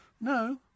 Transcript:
no